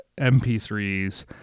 MP3s